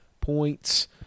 points